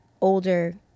older